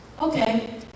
okay